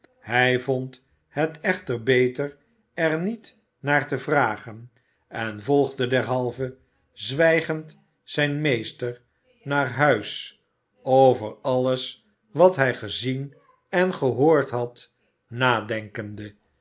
hij vond het echter beter er niet naar te vragen en volgde derhalve zwijgend zijn meester naar huis over alles wat hij gezien en gehoord had nadenkende